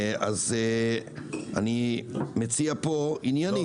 אני מציע פה עניינית.